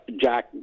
Jack